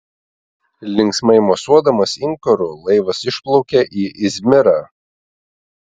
linksmai mosuodamas inkaru laivas išplaukė į izmirą